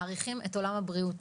מעריכים את עולם הבריאות.